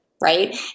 right